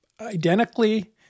identically